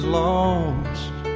lost